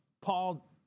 Paul